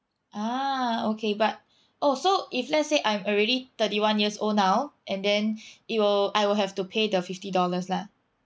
ah okay but oh so if let's say I'm already thirty one years old now and then it will I will have to pay the fifty dollars lah